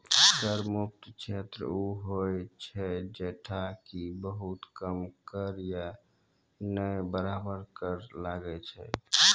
कर मुक्त क्षेत्र उ होय छै जैठां कि बहुत कम कर या नै बराबर कर लागै छै